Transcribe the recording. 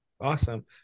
Awesome